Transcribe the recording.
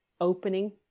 opening